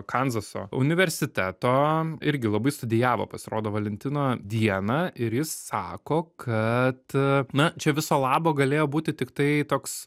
kanzaso universiteto irgi labai studijavo pasirodo valentino dieną ir jis sako kad na čia viso labo galėjo būti tiktai toks